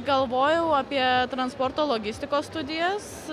galvojau apie transporto logistikos studijas